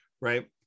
right